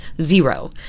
Zero